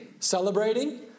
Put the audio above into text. Celebrating